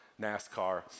NASCAR